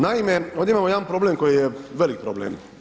Naime, ovdje imamo jedan problem koji je velik problem.